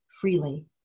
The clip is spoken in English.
freely